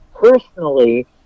Personally